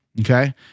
Okay